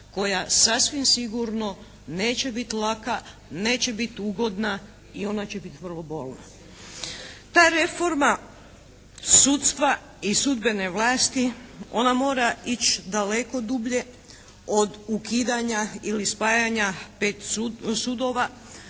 koja sasvim sigurno neće biti laka, neće biti ugodna i ona će biti vrlo bolna. Ta reforma sudstva i sudbene vlasti, ona mora ići daleko dublje od ukidanja ili spajanja pet sudova,